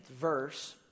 verse